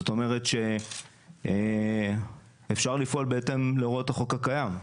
זאת אומרת שאפשר לפעול בהתאם להוראות החוק הקיים.